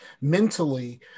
mentally